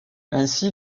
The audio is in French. ainsi